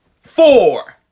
four